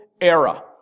era